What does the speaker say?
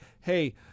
Hey